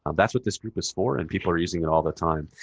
um that's what this group is for and people are using it all the time.